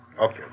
Okay